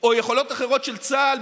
או יכולות אחרות של צה"ל,